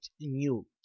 new